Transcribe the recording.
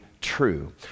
true